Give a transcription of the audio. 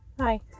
Hi